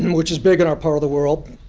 which is big in our part of the world,